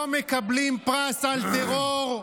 לא מקבלים פרס על טרור.